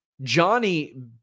johnny